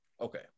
Okay